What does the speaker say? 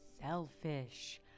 selfish